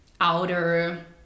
outer